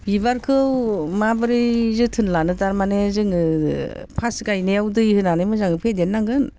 बिबारखौ माबोरै जोथोन लानो थारमाने जोङो फार्स्ट गायनायाव दै होनानै मोजाङै फेदेरनांगोन